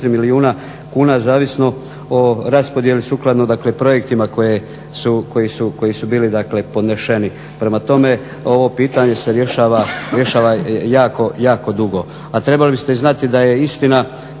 milijuna kuna zavisno o raspodijeli sukladno dakle projektima koji su bili dakle podneseni. Prema tome, ovo pitanje se rješava jako dugo. A trebali biste znati da je istina